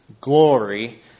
glory